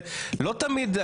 ולא תמיד,